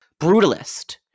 brutalist